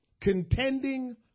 Contending